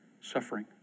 Suffering